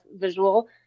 visual